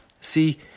See